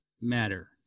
matter